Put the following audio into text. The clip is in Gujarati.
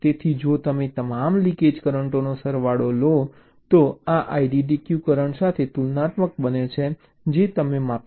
તેથી જો તમે તમામ લિકેજ કરંટોનો આ સરવાળો લો તો તે આ IDDQ કરંટ સાથે તુલનાત્મક બને છે જે તમે માપી રહ્યા છો